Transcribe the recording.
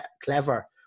clever